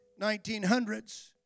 1900s